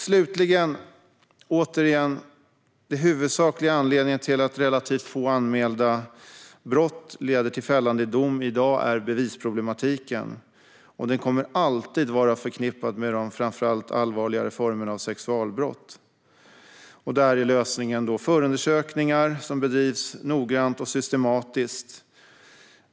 Slutligen och återigen: Den huvudsakliga anledningen till att relativt få anmälda brott leder till fällande dom i dag är bevisproblematiken. Den kommer alltid att vara förknippad med framför allt de allvarligare formerna av sexualbrott. Lösningen är förundersökningar som bedrivs noggrant och systematiskt.